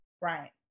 right